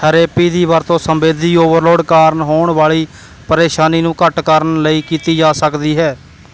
therapy ਦੀ ਵਰਤੋਂ ਸੰਵੇਦੀ ਓਵਰਲੋਡ ਕਾਰਨ ਹੋਣ ਵਾਲੀ ਪਰੇਸ਼ਾਨੀ ਨੂੰ ਘੱਟ ਕਰਨ ਲਈ ਕੀਤੀ ਜਾ ਸਕਦੀ ਹੈ